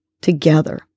together